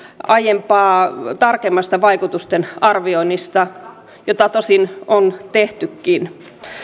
aiempaa tarkemmasta vaikutusten arvioinnista jota tosin on tehtykin